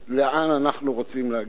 לאן אנחנו רוצים להגיע?